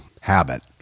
habit